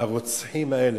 הרוצחים האלה,